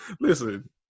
listen